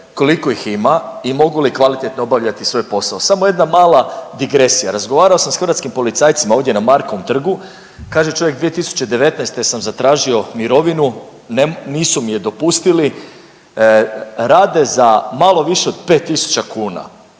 koliko ih ima i mogu li kvalitetno obavljati svoj posao, samo jedna mala digresija, razgovarao sam sa hrvatskim policajcima ovdje na Markovom trgu, kaže čovjek 2019. sam zatražio mirovinu nisu mi je dopustili, rade za malo više od 5.000 kuna,